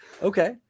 Okay